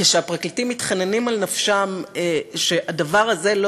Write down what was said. כשהפרקליטים מתחננים על נפשם שהדבר הזה לא